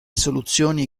soluzioni